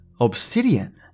obsidian